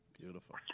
Beautiful